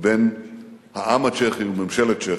ובין העם הצ'כי וממשלת צ'כיה.